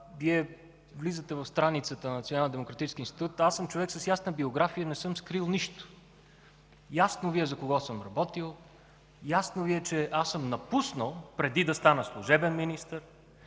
демократически институт. Аз съм човек с ясна биография и не съм скрил нищо. Ясно Ви е за кого съм работил, ясно Ви е, че аз съм напуснал преди да стана служебен министър.